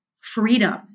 freedom